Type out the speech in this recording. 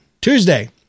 Tuesday